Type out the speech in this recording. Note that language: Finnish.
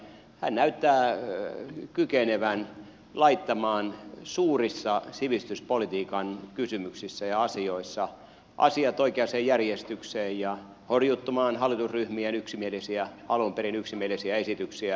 hän näyttää kykenevän laittamaan suurissa sivistyspolitiikan kysymyksissä ja asioissa asiat oikeaan järjestykseen ja horjuttamaan hallitusryhmien alun perin yksimielisiä esityksiä